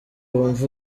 wumva